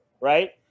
right